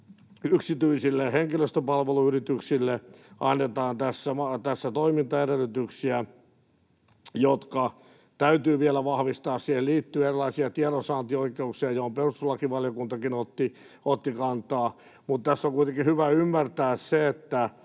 yksityisille henkilöstöpalveluyrityksille annetaan tässä toimintaedellytyksiä, jotka täytyy vielä vahvistaa. Siihen liittyy erilaisia tiedonsaantioikeuksia, joihin perustuslakivaliokuntakin otti kantaa. Mutta tässä on kuitenkin hyvä ymmärtää se, että